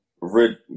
rid